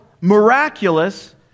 miraculous